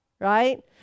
right